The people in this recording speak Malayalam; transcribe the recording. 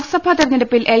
ലോക്സഭാ തെരഞ്ഞെടുപ്പിൽ എൽ